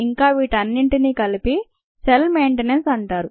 ఇంకా వీటన్నంటిని కలిపి సెల్ మెయింటెనెన్స్ అంటారు